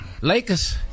Lakers